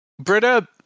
Britta